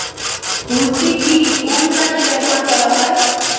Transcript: খুরপি কি কোন কাজে ব্যবহার করা হয়?